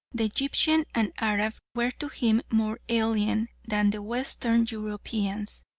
the egyptian and arab were to him more alien than the western europeans.